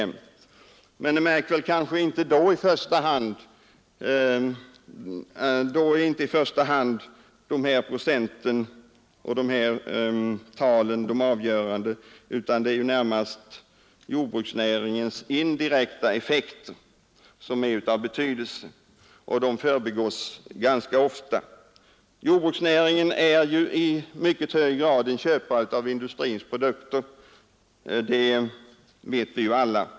Men det märks kanske da inte i första hand på de här procenttalen, utan det är jordbruksnäringens indirekta effekter som har den största betydelsen, och det förbigås ganska ofta. Jordbruksnäringen är i mycket hög grad en köpare av industrins produkter.